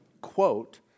quote